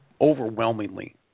overwhelmingly